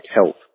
help